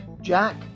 Jack